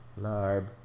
Larb